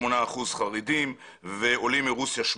38 אחוזים חרדים ושמונה אחוזים עולים מרוסיה.